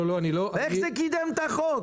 איך זה יקדם את החוק?